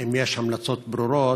אם יש המלצות ברורות,